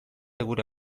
gure